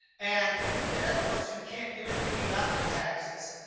and they're the ones who can't do anything about their taxes.